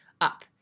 up